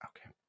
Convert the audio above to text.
okay